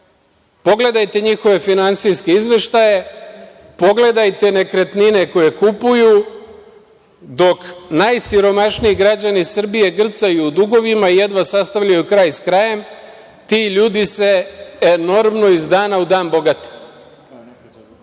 obogatili. Pogledajte njihove finansijske izveštaje, pogledajte nekretnine koje kupuju. Dok najsiromašniji građani Srbije grcaju u dugovima, jedva sastavljaju kraj s krajem, ti ljudi se enormno iz dana u dan bogate. Vi